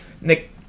Nick